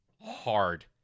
hard